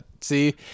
See